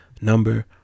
number